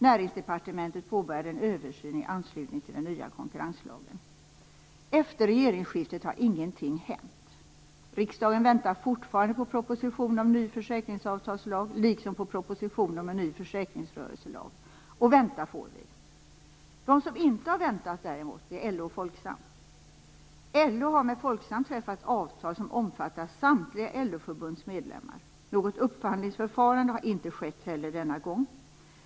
Näringsdepartementet påbörjade en översyn i anslutning till den nya konkurrenslagen. Efter regeringsskiftet har ingenting hänt. Riksdagen väntar fortfarande på propositionen om en ny försäkringsavtalslag liksom på propositionen om en ny försäkringsrörelselag. Och vänta får vi. De som inte har väntat är däremot LO och Folksam. LO har med Folksam träffat avtal som omfattar samtliga LO-förbunds medlemmar. Något upphandlingsförfarande har inte skett heller denna gång.